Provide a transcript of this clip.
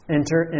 Enter